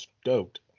stoked